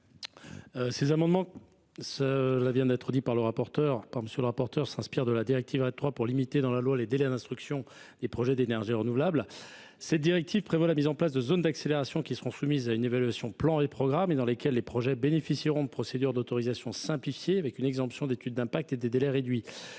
Ces amendements tendent à transposer la directive RED III, en limitant dans la loi les délais d’instruction des projets d’énergie renouvelable. Cette directive prévoit la mise en place de zones d’accélération soumises à une évaluation des plans et programmes, dans lesquelles les projets bénéficieront de procédures d’autorisation simplifiées, avec une exemption d’étude d’impact et des délais réduits.